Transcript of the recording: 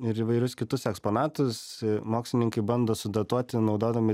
ir įvairius kitus eksponatus mokslininkai bando sudatuoti naudodami